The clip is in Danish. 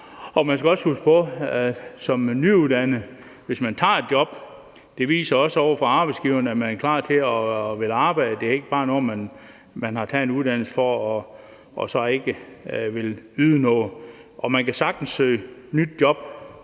nyuddannet også huske på, at hvis man tager et job, viser det over for arbejdsgiverne, at man er klar til at ville arbejde; man har ikke bare taget en uddannelse for ikke at ville yde noget. Og man kan sagtens søge nyt job,